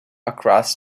across